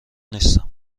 نیستم